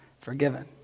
forgiven